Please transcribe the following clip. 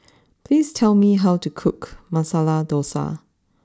please tell me how to cook Masala Dosa